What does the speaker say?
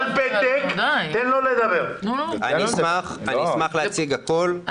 אני אשמח להציג הכול,